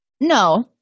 No